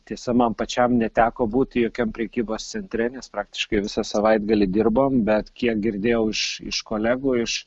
tiesa man pačiam neteko būti jokiam prekybos centre nes praktiškai visą savaitgalį dirbom bet kiek girdėjau iš iš kolegų iš